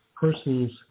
person's